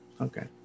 Okay